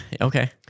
Okay